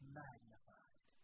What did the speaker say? magnified